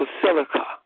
Basilica